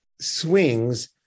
swings